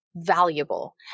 Valuable